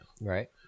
Right